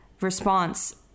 response